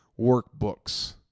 workbooks